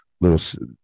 little